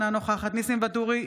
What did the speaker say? אינה נוכחת ניסים ואטורי,